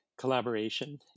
Collaboration